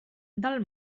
del